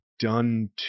Done